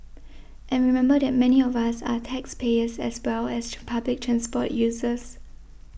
and remember that many of us are taxpayers as well as public transport users